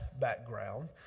background